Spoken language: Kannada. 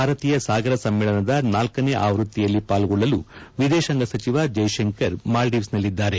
ಭಾರತೀಯ ಸಾಗರ ಸಮ್ಮೇಳನದ ನಾಲ್ಕನೇ ಆವೃತ್ತಿಯಲ್ಲಿ ಪಾಲ್ಗೊಳ್ಳಲು ವಿದೇಶಾಂಗ ಸಚಿವ ಜೈಶಂಕರ್ ಮಾಲ್ಡೀವ್ಸ್ನಲ್ಲಿದ್ದಾರೆ